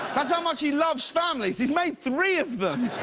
that's how much he loves families. he made three of them!